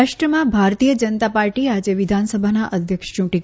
મહારાષ્ટ્રમાં ભારતીય જનતા પાર્ટી આજે વિધાનસભાના અધ્યક્ષ ચૂંટશે